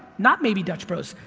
not maybe dutch bros,